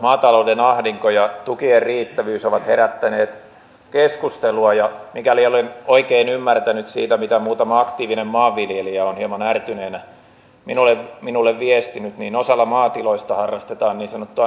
maatalouden ahdinko ja tukien riittävyys ovat herättäneet keskustelua ja mikäli olen oikein ymmärtänyt siitä mitä muutama aktiivinen maanviljelijä on hieman ärtyneenä minulle viestinyt niin osalla maatiloista harrastetaan niin sanottua näennäisviljelyä